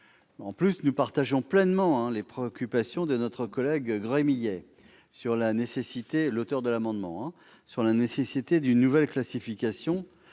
initiale. Nous partageons pleinement les préoccupations de notre collègue Gremillet, auteur de l'amendement, sur la nécessité d'une nouvelle classification